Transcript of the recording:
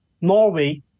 Norway